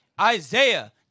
Isaiah